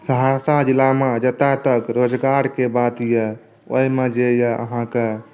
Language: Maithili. सहरसा जिलामे जतऽ तक रोजगारके बात यऽ ओहिमे जे यऽ अहाँकेँ